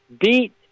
beat